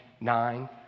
nine